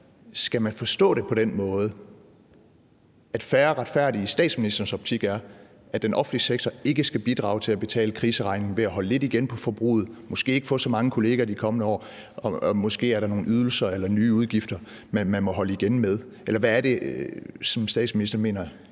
skal man så forstå det på den måde, at fair og retfærdig i statsministerens optik er, at den offentlige sektor ikke skal bidrage til at betale kriseregningen ved at holde lidt igen på forbruget og ved måske ikke at ansætte så mange kollegaer i de kommende år? Måske er der nogle ydelser eller nye udgifter, man må holde igen med. Eller hvad er det, som statsministeren mener